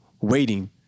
waiting